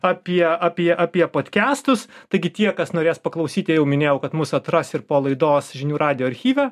apie apie apie podkestus taigi tie kas norės paklausyti jau minėjau kad mus atras ir po laidos žinių radijo archyve